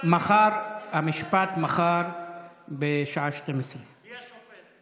המשפט מחר בשעה 12:00. מי השופט?